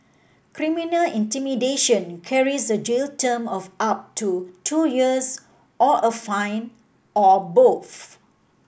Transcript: criminal intimidation carries a jail term of up to two years or a fine or a